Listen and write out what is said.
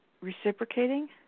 reciprocating